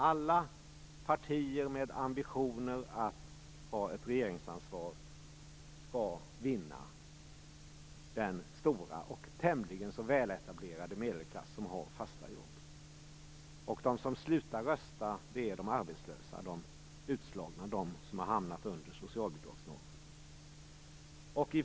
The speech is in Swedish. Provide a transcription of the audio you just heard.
Alla partier med ambitioner att ha ett regeringsansvar skall vinna den stora och tämligen så väl etablerade medelklass som har fasta jobb. De som slutar rösta är de arbetslösa, de utslagna, de som har hamnat under socialbidragsnormen.